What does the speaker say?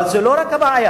אבל זה לא רק הבעיה.